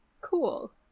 cool